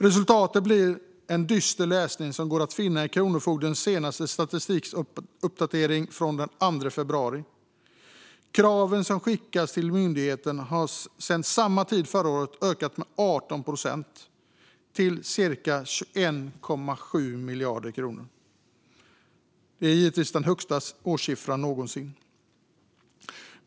Resultatet blir den dystra läsning som går att finna i Kronofogdens senaste statistikuppdatering från den 2 februari. Kraven som skickas till myndigheten har sedan samma tid förra året ökat med 18 procent till cirka 21,7 miljarder kronor. Det är givetvis den högsta årssiffran någonsin.